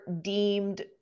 deemed